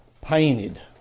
painted